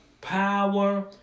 power